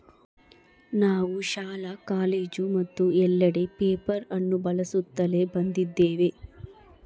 ನಾವು ಶಾಲೆ, ಕಾಲೇಜು ಮತ್ತು ಎಲ್ಲೆಡೆ ಪೇಪರ್ ಅನ್ನು ಬಳಸುತ್ತಲೇ ಬಂದಿದ್ದೇವೆ